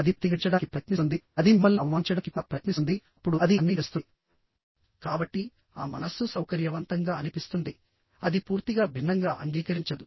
అది ప్రతిఘటించడానికి ప్రయత్నిస్తుందిఅది మిమ్మల్ని అవమానించడానికి కూడా ప్రయత్నిస్తుంది అప్పుడు అది అన్నీ చేస్తుంది కాబట్టిఆ మనస్సు సౌకర్యవంతంగా అనిపిస్తుంది అది పూర్తిగా భిన్నంగా అంగీకరించదు